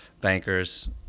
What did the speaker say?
bankers